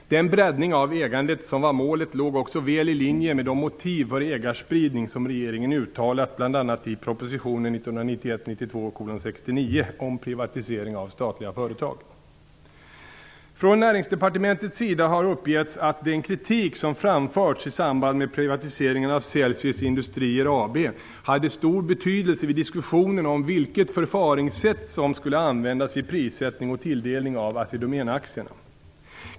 Den breddning av ägandet som var målet låg också väl i linje med de motiv för ägarspridning som regeringen uttalat bl.a. i propositionen 1991/92:69 om privatisering av statliga företag. Från näringsdepartementets sida har uppgetts att den kritik som framförts i samband med privatiseringen av Celsius Industrier AB hade stor betydelse vid diskussionen om vilket förfaringssätt som skulle användas vid prissättning och tilldelning av Assi Domän-aktierna.